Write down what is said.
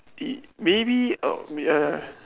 !ee! maybe uh ya